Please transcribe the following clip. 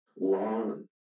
long